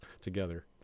together